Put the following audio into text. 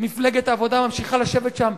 מפלגת העבודה ממשיכה לשבת שם.